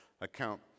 account